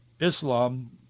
Islam